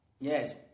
Yes